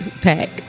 pack